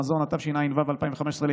התשנ"ד 1993,